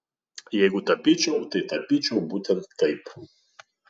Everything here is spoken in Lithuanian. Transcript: jeigu tapyčiau tai tapyčiau būtent taip